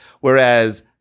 Whereas